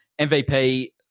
MVP